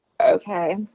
okay